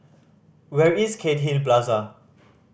where is Cairnhill Plaza